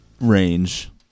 range